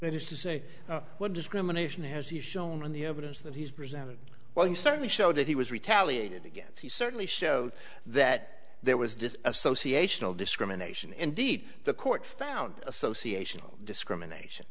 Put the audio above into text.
is to say what discrimination has he shown on the evidence that he's presented well you certainly showed that he was retaliated against he certainly showed that there was this association of discrimination indeed the court found association of discrimination